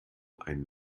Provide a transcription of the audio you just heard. ein